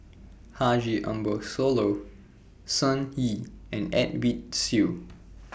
Haji Ambo Sooloh Sun Yee and Edwin Siew